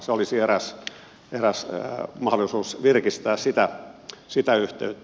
se olisi eräs mahdollisuus virkistää sitä yhteyttä